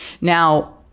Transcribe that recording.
Now